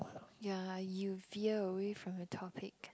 ya you veer away from the topic